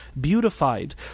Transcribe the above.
beautified